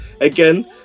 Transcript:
again